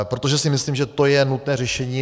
Protože si myslím, že to je nutné řešení.